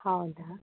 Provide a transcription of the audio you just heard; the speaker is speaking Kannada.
ಹೌದಾ